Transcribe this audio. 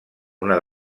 una